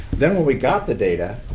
then when we got the data,